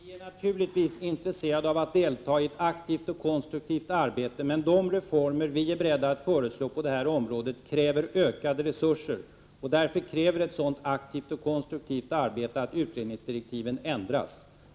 Herr talman! Vi är naturligtvis intresserade av att delta i ett aktivt och konstruktivt arbete, men de reformer vi är beredda att föreslå på detta område kräver ökade resurser. Därför kräver ett sådant aktivt och konstruktivt arbete att utredningsdirektiven ändras.